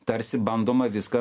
tarsi bandoma viską